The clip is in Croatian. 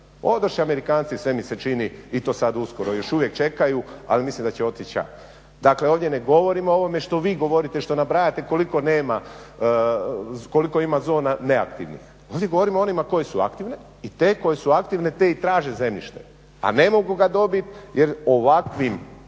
Odoše Amerikanci sve mi se čini i to sad uskoro. Još uvijek čekaju, ali mislim da će otići ća. Dakle ovdje ne govorim o ovome što vi govorite, što nabrajate koliko ima zona neaktivnih, ovdje govorimo o onima koje su aktivne i te koje su aktivne te i traže zemljište, a ne mogu ga dobiti jer ovakvim